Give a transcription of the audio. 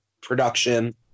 production